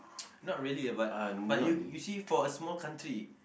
not really ah but but you you see for a small country